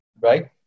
Right